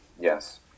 yes